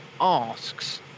asks